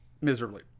miserably